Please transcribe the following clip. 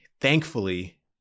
thankfully